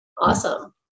Awesome